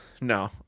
No